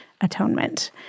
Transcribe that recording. atonement